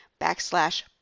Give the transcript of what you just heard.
backslash